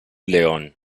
leon